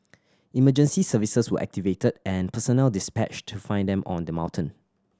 emergency services were activated and personnel dispatched to find them on the mountain